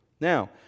Now